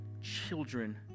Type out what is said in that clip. children